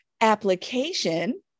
application